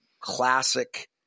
classic